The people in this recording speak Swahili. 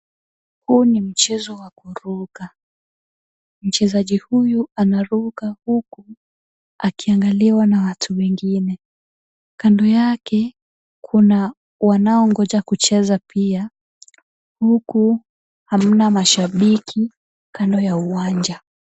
Huu ni mchezo wa kuruka. Mchezaji huyu anaruka huku akiangaliwa na watu wengine. Kando yake kuna wanaongoja kucheza pia huku hamna mashabiki kando ya uwanja.